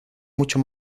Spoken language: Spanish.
mucho